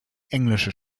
englische